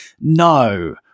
No